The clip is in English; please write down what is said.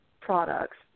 products